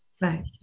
Right